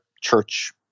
church